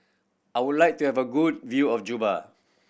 I would like to have a good view of Juba